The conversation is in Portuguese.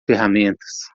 ferramentas